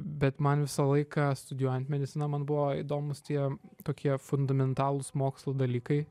bet man visą laiką studijuojant mediciną man buvo įdomūs tie tokie fundamentalūs mokslo dalykai